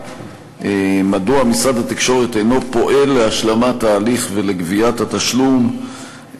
מדוע משרד התקשורת אינו פועל להשלמת ההליך ולגביית התשלום,